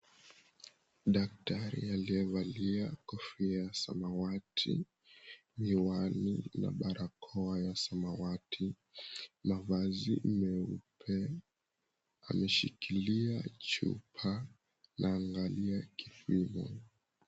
Daktari aliyevalia kofia ya samawati, miwani na barakoa ya samawati, mavazi meupe. Ameshikilia chupa na anaangalia kipimo.